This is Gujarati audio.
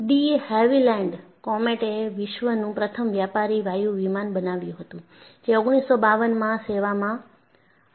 ડી હેવિલેન્ડ કોમેટ એ વિશ્વનું પ્રથમ વ્યાપારી વાયુ વિમાન બનાવ્યું હતું જે 1952 માં સેવામાં આવ્યું હતું